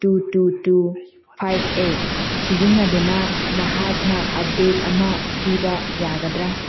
two ꯇꯨ ꯇꯨ ꯐꯥꯏꯕ ꯑꯩꯠ ꯁꯤꯖꯤꯟꯅꯗꯨꯅ ꯅꯍꯥꯛꯅ ꯑꯞꯗꯦꯠ ꯑꯃ ꯄꯤꯕ ꯌꯥꯒꯗ꯭ꯔ